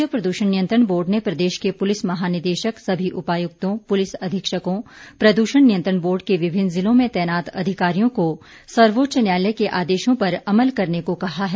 राज्य प्रदूषण नियंत्रण बोर्ड ने प्रदेश के पुलिस महानिदेशक सभी उपायुक्तों पुलिस अधीक्षकों प्रदूषण नियंत्रण बोर्ड के विभिन्न जिलों में तैनात अधिकारियों को सर्वोच्च न्यायालय के आदेशों पर अमल करने को कहा है